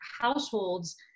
households